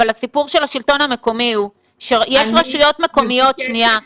אבל הסיפור של השלטון המקומי --- אני מבקשת לסיים.